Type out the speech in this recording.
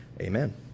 amen